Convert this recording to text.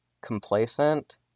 complacent